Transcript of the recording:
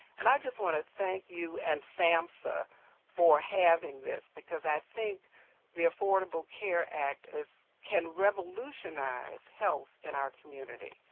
and i just want to thank you and samhsa for having this, because i think the affordable care act can revolutionize health in our communities.